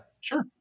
sure